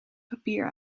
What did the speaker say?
papier